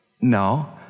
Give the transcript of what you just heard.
No